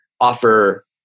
offer